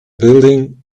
building